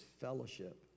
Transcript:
fellowship